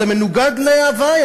זה מנוגד להווי,